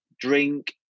drink